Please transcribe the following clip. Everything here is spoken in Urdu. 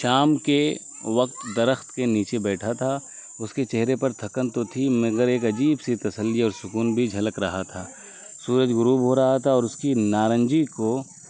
شام کے وقت درخت کے نیچے بیٹھا تھا اس کے چہرے پر تھکن تو تھی مگر ایک عجیب سی تسلی اور سکون بھی جھلک رہا تھا سورج غروب ہو رہا تھا اور اس کی نارنجی کو